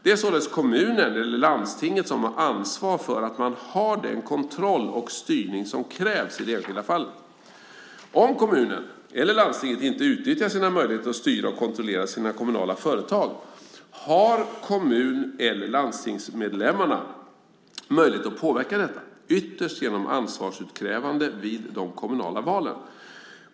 Det är således kommunen eller landstinget som har ansvar för att man har den kontroll och styrning som krävs i det enskilda fallet. Om kommunen eller landstinget inte utnyttjar sina möjligheter att styra och kontrollera sina kommunala företag har kommun eller landstingsmedlemmarna möjlighet att påverka detta, ytterst genom ansvarsutkrävande vid de kommunala valen.